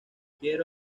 quiero